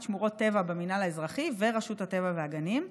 שמורות טבע במינהל האזרחי ורשות הטבע והגנים.